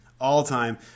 all-time